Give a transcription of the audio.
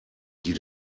die